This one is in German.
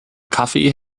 kaffee